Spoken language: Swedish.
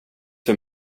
för